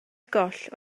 goll